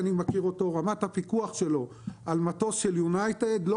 רמת הפיקוח שלו על מטוס של יונייטד לא